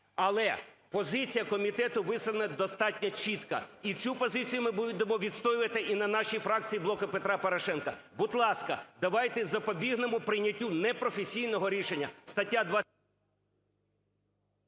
але позиція комітету висловлена достатньо чітко, і цю позицію ми будемо відстоювати і на нашій фракції "Блоку Петра Порошенка". Будь ласка, давайте запобігнемо прийняттю непрофесійного рішення.